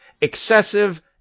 excessive